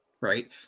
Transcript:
right